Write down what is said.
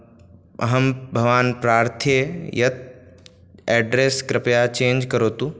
अहं भवान् प्रार्थये यत् एड्रेस् कृपया चेञ्ज् करोतु